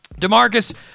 demarcus